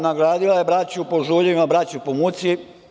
Nagradila je braću po žuljevima, braću po muci.